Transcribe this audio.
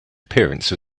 appearance